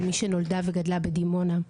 כמי שנולדה וגדלה בדימונה.